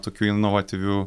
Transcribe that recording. tokių inovatyvių